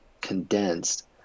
condensed